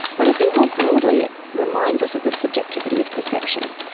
but i think more broadly it reminds us of the subjectivity of perception.